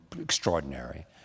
extraordinary